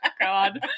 God